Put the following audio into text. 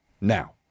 Now